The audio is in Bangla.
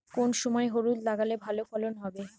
কোন সময় হলুদ লাগালে ভালো ফলন হবে?